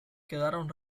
quedaron